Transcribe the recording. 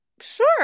Sure